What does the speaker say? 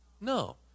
No